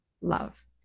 love